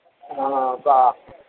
हँ ओकरा